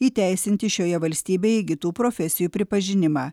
įteisinti šioje valstybėje įgytų profesijų pripažinimą